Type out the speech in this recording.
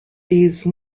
these